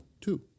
two